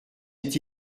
est